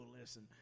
listen